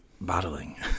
bottling